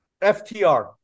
FTR